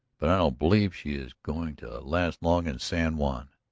but i don't believe she is going to last long in san juan.